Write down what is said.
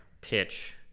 pitch